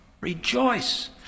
rejoice